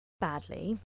Badly